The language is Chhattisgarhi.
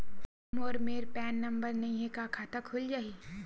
मोर मेर पैन नंबर नई हे का खाता खुल जाही?